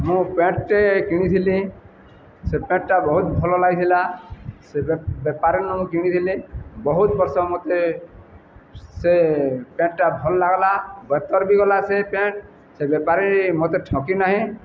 ମୁଁ ପ୍ୟାଣ୍ଟଟେ କିଣିଥିଲି ସେ ପ୍ୟାଣ୍ଟଟା ବହୁତ ଭଲ ଲାଗିଥିଲା ସେ ବେପାରୀ ନ ମୁଁ କିଣିଥିଲି ବହୁତ ବର୍ଷ ମତେ ସେ ପ୍ୟାଣ୍ଟଟା ଭଲ ଲାଗ୍ଲା ବେହତର ବି ଗଲା ସେ ପ୍ୟାଣ୍ଟ ସେ ବେପାରୀ ମୋତେ ଠକି ନାହିଁ